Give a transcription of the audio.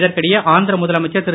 இதற்கிடையே ஆந்திர முதலமைச்சர் திரு